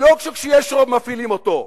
לא רק כשיש רוב מפעילים אותה,